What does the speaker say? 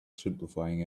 simplifying